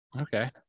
Okay